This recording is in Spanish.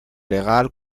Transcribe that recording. legal